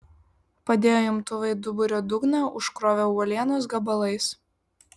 padėjo imtuvą į duburio dugną užkrovė uolienos gabalais